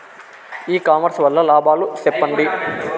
ఇ commerce వల్ల లాభాలు సెప్పండి?